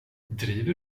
driver